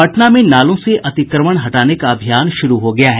पटना में नालों से अतिक्रमण हटाने का अभियान शुरू हो गया है